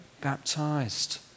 baptized